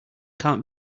can’t